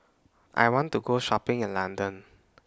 I want to Go Shopping in London